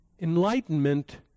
enlightenment